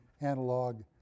analog